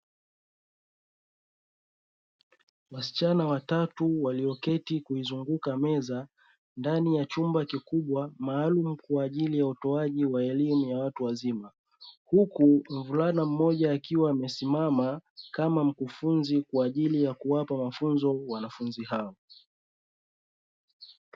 Wasichana watatu walioketi kuizunguka meza, ndani ya chumba kikubwa maalumu kwa ajili ya utoaji wa elimu ya watu wazima. Huku mvulana akiwa amesimama kama mkufunzi, kwa ajili ya kuwapa mafunzo wanafunzi hao.